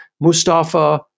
Mustafa